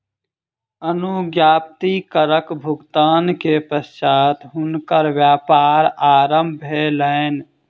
अनुज्ञप्ति करक भुगतान के पश्चात हुनकर व्यापार आरम्भ भेलैन